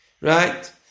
Right